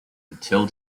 until